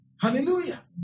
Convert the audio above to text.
Hallelujah